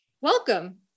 welcome